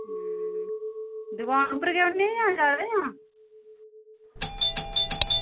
दुकान उप्पर गै न जां